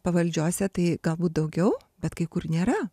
pavaldžiose tai galbūt daugiau bet kai kur nėra